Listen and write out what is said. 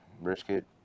brisket